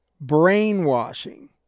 brainwashing